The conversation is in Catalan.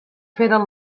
feren